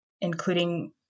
including